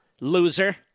loser